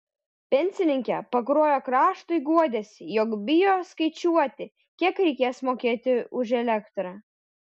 pensininkė pakruojo kraštui guodėsi jog bijo ir skaičiuoti kiek reikės mokėti už elektrą